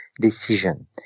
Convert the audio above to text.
decision